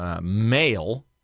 male